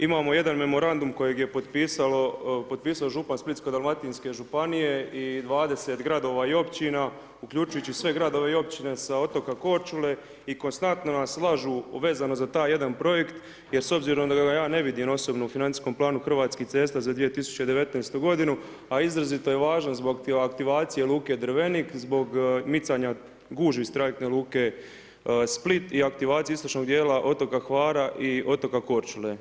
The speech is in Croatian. Imamo jedan memorandum kojeg je potpisao župan Splitsko-dalmatinske županije i 20 gradova i općina, uključujući sve gradove i općine sa otoka Korčule i konstantno nas lažu vezano za taj jedan projekt jer s obzirom da ga ja ne vidim osobno u financijskom planu Hrvatskih cesta za 2019. godinu a izrazito je važno zbog aktivacije luke Drvenik, zbog micanja gužvi iz trajektne luke Split i aktivacije istočnog dijela otoka Hvara i otoka Korčule.